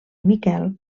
miquel